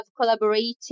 collaborating